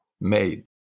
made